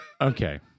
Okay